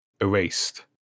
Erased